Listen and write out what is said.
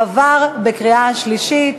עברה בקריאה שלישית.